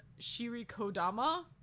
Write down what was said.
shirikodama